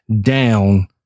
down